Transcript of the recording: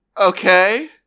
Okay